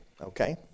okay